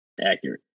accurate